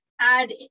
add